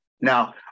Now